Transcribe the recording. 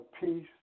peace